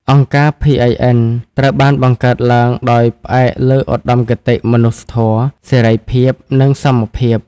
អង្គការ PIN ត្រូវបានបង្កើតឡើងដោយផ្អែកលើឧត្តមគតិមនុស្សធម៌ សេរីភាព និងសមភាព។